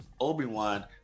Obi-Wan